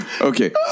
Okay